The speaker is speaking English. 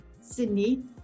Sydney